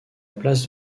place